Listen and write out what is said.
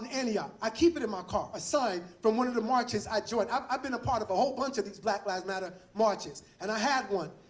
and antioch, i keep it in my car, aside from one of the marches i joined. i've been a part of a whole bunch of these black lives matter marches, and i have one.